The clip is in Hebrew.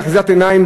זו אחיזת עיניים,